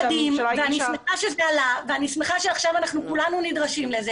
שמחה שזה עלה, ושכולנו נדרשים לזה